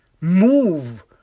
Move